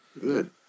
Good